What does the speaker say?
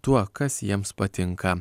tuo kas jiems patinka